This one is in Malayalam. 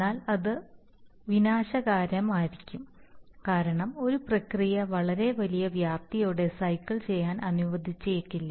എന്നാൽ അത് വിനാശകരമായിരിക്കാം കാരണം ഒരു പ്രക്രിയ വളരെ വലിയ വ്യാപ്തിയോടെ സൈക്കിൾ ചെയ്യാൻ അനുവദിച്ചേക്കില്ല